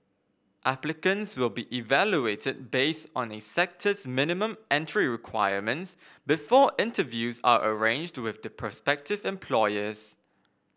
applicants will be evaluated based on a sector's minimum entry requirements before interviews are arranged with the prospective employers